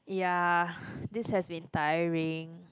ya this has been tiring